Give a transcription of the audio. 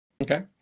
Okay